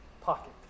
pocket